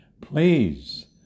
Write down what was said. please